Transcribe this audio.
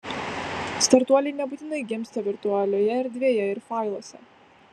startuoliai nebūtinai gimsta virtualioje erdvėje ir failuose